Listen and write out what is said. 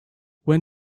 when